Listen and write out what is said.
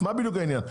מה בדיוק העניין?